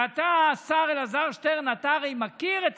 רגע, אני לא יכולה.